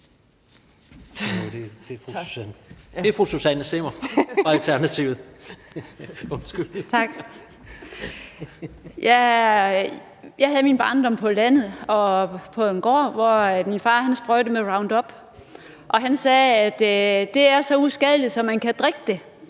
jeg havde min barndom på en gård på landet, hvor min far sprøjtede med Roundup. Han sagde: Det er så uskadeligt, at man kan drikke det.